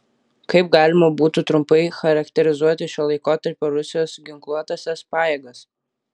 kaip galima būtų trumpai charakterizuoti šio laikotarpio rusijos ginkluotąsias pajėgas